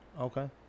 okay